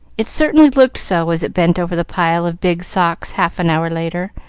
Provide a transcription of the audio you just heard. it certainly looked so as it bent over the pile of big socks half an hour later,